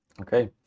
Okay